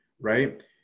right